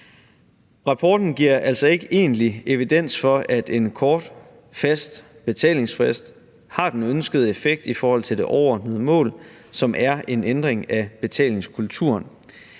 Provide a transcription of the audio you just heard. Rapporten giver altså ikke egentlig evidens for, at en kort fast betalingsfrist har den ønskede effekt i forhold til det overordnede mål, som er en ændring af betalingskulturen.